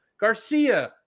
Garcia